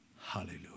Hallelujah